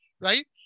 right